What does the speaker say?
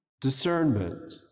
discernment